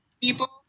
people